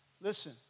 listen